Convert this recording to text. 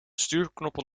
stuurknuppel